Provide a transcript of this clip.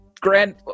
grand